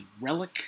relic